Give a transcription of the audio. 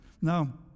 Now